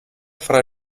fra